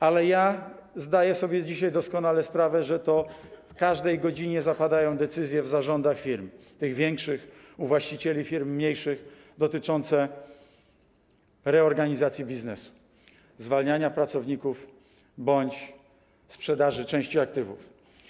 Ale zdaję sobie dzisiaj doskonale sprawę, że to w każdej godzinie zapadają decyzje w zarządach firm, tych większych, u właścicieli firm mniejszych, dotyczące reorganizacji biznesu, zwalniania pracowników bądź sprzedaży części aktywów.